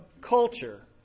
culture